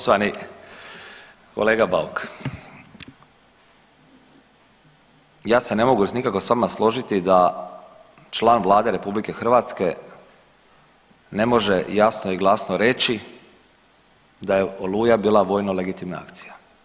Poštovani kolega Bauk, ja se ne mogu nikako s vama složiti da član Vlade RH ne može jasno i glasno reći da je Oluja bila vojno legitimna akcija.